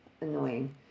annoying